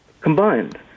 combined